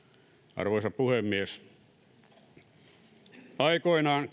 arvoisa puhemies aikoinaan